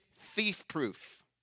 thief-proof